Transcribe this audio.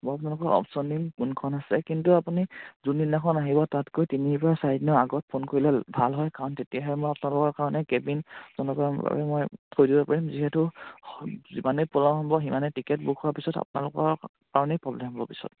আপোনালোকক অপশ্যন দিম কোনখন আছে কিন্তু আপুনি যোনদিনাখন আহিব তাতকৈ তিনিৰ পৰা চাৰিদিনৰ আগত ফোন কৰিলে ভাল হয় কাৰণ তেতিয়াহে মই আপোনালোকৰ কাৰণে কেবিন আপোনালোকৰ বাবে মই থৈ দিব পাৰিম যিহেতু যিমানেই পলম হ'ব সিমানেই টিকেট বুক হোৱাৰ পিছত আপোনালোকৰ কাৰণেই প্ৰ'ব্লেম হ'ব পিছত